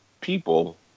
people